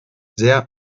sehr